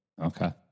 Okay